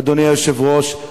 אדוני היושב-ראש,